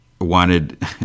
wanted